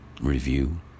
review